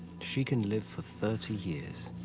she can live for thirty years.